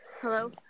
Hello